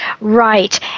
Right